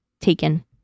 taken